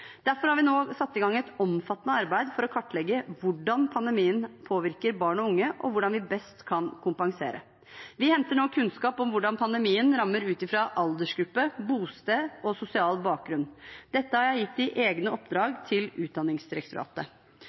Derfor har vi nå satt i gang et omfattende arbeid for å kartlegge hvordan pandemien påvirker barn og unge, og hvordan vi best kan kompensere. Vi henter nå kunnskap om hvordan pandemien rammer ut fra aldersgruppe, bosted og sosial bakgrunn. Dette har jeg gitt i egne oppdrag til Utdanningsdirektoratet.